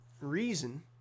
reason